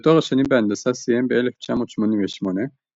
את התואר השני בהנדסה סיים ב-1988 ואת